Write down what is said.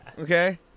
Okay